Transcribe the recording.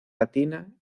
latina